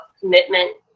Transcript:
commitment